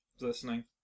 listening